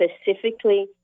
specifically